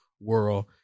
world